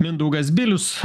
mindaugas bilius